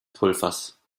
pulvers